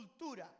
cultura